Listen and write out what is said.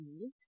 need